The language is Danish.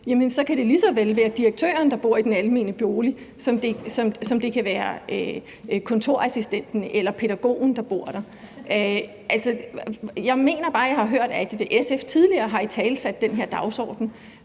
så kan det lige så vel være direktøren, der bor i den almene bolig, som det kan være kontorassistenten eller pædagogen, der bor der. Men jeg mener bare, at jeg har hørt SF italesætte den her dagsorden